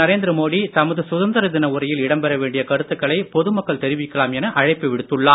நரேந்திர மோடி தமது சுதந்திர தின உரையில் இடம்பெற வேண்டிய கருத்துக்களை பொதுமக்கள் தெரிவிக்கலாம் என அழைப்பு விடுத்துள்ளார்